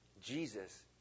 Jesus